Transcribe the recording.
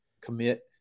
commit